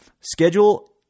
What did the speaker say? schedule